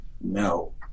no